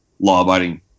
law-abiding